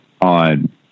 on